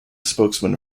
spokesman